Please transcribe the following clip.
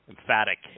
emphatic